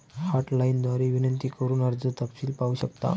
hotline द्वारे विनंती करून कर्ज तपशील पाहू शकता